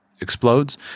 explodes